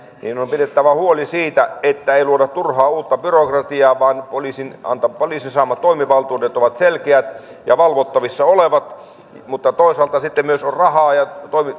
niin on pidettävä huoli siitä että ei luoda turhaa uutta byrokra tiaa vaan poliisin saamat toimivaltuudet ovat selkeät ja valvottavissa olevat mutta toisaalta sitten myös on rahaa ja